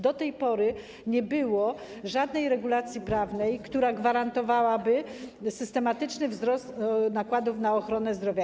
Do tej pory nie było żadnej regulacji prawnej, która gwarantowałaby systematyczny wzrost nakładów na ochronę zdrowia.